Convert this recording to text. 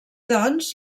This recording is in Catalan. doncs